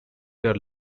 their